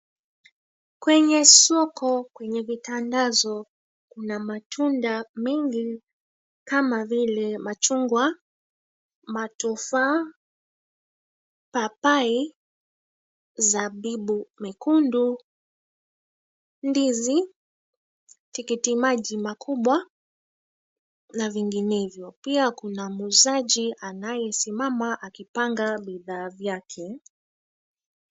Kwenye soko kwenye vitandazo kuna matunda mengi kama vile machungwa, matofaa, papai, zabibu mekundu, ndizi, tikiti maji makubwa na vinginevyo pia kuna muuzaji anayesimama akipanga bidhaa vyake.